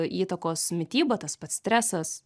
įtakos mityba tas pats stresas